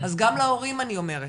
אז גם להורים אני אומרת,